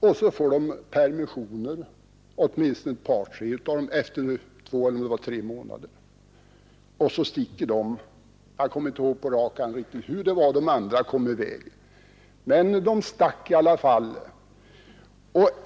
De får permission — åtminstone några av dem — efter två eller tre månader, och då sticker de i väg. Jag kommer nu inte på rak arm ihåg hur de andra lyckades göra det.